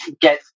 get